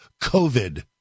COVID